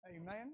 Amen